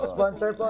Sponsor